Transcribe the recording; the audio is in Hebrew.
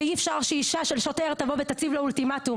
ואי אפשר שאישה של שוטר תבוא ותציב לו אולטימטום,